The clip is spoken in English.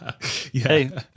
Hey